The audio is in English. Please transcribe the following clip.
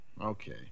Okay